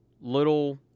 little